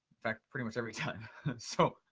fact, pretty much every time so